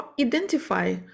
identify